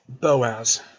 boaz